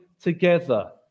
together